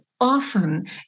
often